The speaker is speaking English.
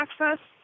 access